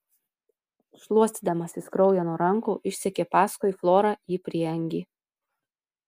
šluostydamasis kraują nuo rankų išsekė paskui florą į prieangį